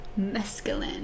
Mescaline